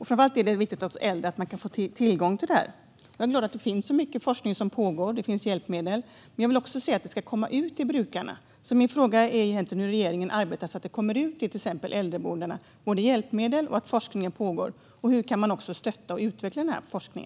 Framför allt är det viktigt att äldre kan få tillgång till detta. Jag är glad att det finns så mycket forskning som pågår och att det finns hjälpmedel, men jag vill också se att detta kommer ut till brukarna. Min fråga är hur regeringen arbetar för att detta ska komma ut till exempelvis äldreboendena. Jag talar både om hjälpmedel och om att forskningen pågår. Jag vill också fråga hur man kan stötta och utveckla denna forskning.